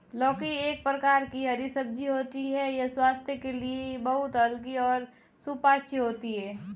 लौकी एक प्रकार की हरी सब्जी होती है यह स्वास्थ्य के लिए बहुत हल्की और सुपाच्य होती है